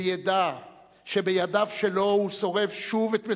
שידע שבידיו שלו הוא שורף שוב את מצדה,